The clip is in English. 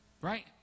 Right